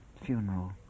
funeral